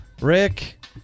Rick